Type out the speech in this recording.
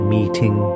Meeting